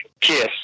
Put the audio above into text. kiss